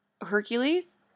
Hercules